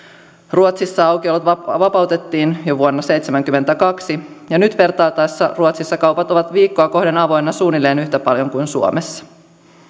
ruotsissa aukiolot vapautettiin jo vuonna seitsemänkymmentäkaksi ja nyt vertailtaessa kaupat ovat ruotsissa viikkoa kohden avoinna suunnilleen yhtä paljon kuin suomessa